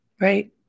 right